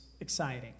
exciting